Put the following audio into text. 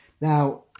Now